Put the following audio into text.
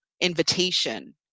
invitation